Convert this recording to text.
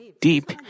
deep